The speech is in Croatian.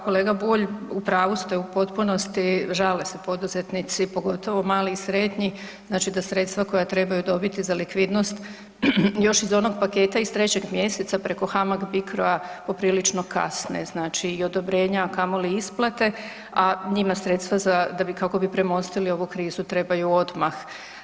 Kolega Bulj, u pravu ste u potpunosti, žale se poduzetnici, pogotovo mali i srednji, znači da sredstva koja trebaju dobiti za likvidnost još iz onog paketa iz 3. mjeseca preko HAMAG-BICRO-a poprilično kasne, znači i odobrenja, a kamoli isplate, a njima sredstva za, da bi, kako bi premostili ovu krizu trebaju odmah.